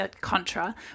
contra